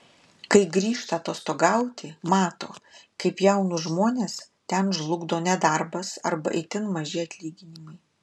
kai grįžta atostogauti mato kaip jaunus žmones ten žlugdo nedarbas arba itin maži atlyginimai